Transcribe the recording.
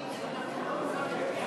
אפשר להודיע, שאנחנו לא נוכל להצביע